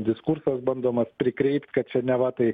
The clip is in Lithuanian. diskursas bandomas prikreipt kad čia neva tai